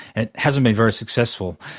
it hasn't been very successful.